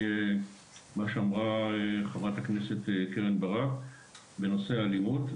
מה שאמרה חברת הכנסת קרן ברק בנושא האלימות.